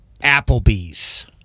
Applebee's